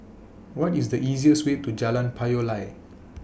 What IS The easiest Way to Jalan Payoh Lai